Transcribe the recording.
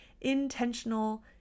intentional